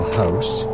house